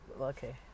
okay